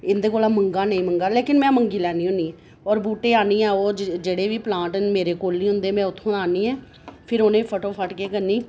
इंदे कोला मंगां जां नेईं मंगां लेकिन में मंगी लैन्नी होन्नी आं होर बूह्टे आह्न्नियै ओह् जेह्के बी प्लांट न ओह् मेरे कोल निं होंदे में उत्थुआं आह्न्नियै फिर उ'नेंगी फटोफट्ट केह् करनी